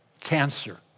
cancer